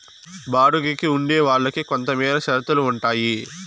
బాడుగికి ఉండే వాళ్ళకి కొంతమేర షరతులు ఉంటాయి